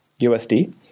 USD